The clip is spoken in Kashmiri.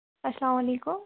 اسَلام علیکُم